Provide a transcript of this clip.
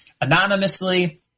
anonymously